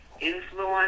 influence